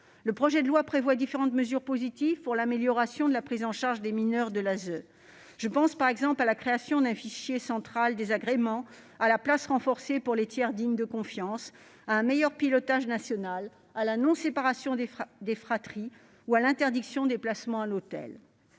projet de loi prévoit différentes mesures positives pour améliorer la prise en charge des mineurs de l'ASE. Je pense par exemple à la création d'une base nationale des agréments des assistants familiaux, au renforcement de la place des tiers dignes de confiance, à un meilleur pilotage national, à la non-séparation des fratries ou à l'interdiction des placements à l'hôtel.